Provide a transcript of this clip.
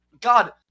god